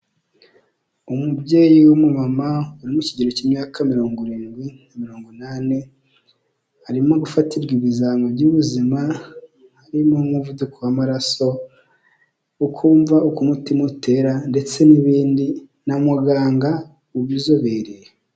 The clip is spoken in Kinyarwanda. Umubyeyi w'umuma uri mu kigero cy'imyaka mirongo irindwi na mirongo inani, arimo gufatirwa ibizame by'ubuzima, harimo umuvuduko w'amaraso ukumva uko umutima utera ndetse n'ibindi na muganga ubizobereye.